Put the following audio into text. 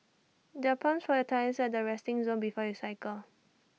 there're pumps for your tyres at the resting zone before you cycle